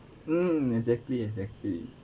mm exactly exactly